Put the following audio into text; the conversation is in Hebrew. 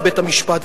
לבית-המשפט.